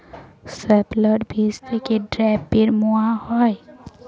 শাপলার বীজ থেকে ঢ্যাপের মোয়া হয়?